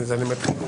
נפלה.